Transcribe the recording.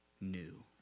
new